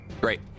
Great